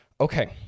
Okay